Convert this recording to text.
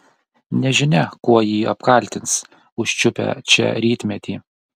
nežinia kuo jį apkaltins užčiupę čia rytmetį